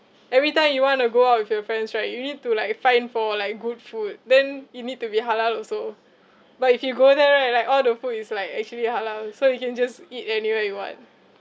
every time you want to go out with your friends right you need to like find for like good food then it need to be halal also but if you go there right like all the food is like actually halal so you can just eat anywhere you want